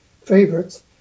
favorites